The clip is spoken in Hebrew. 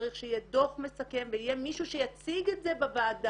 צריך שיהיה דו"ח מסכם ויהיה מישהו שיציג את זה בוועדה.